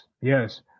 yes